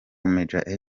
major